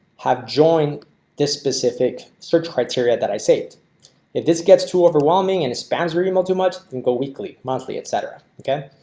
have joined this specific search criteria that i saved if this gets too overwhelming and it spans regional too much and go weekly monthly etc. okay,